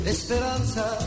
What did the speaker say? Esperanza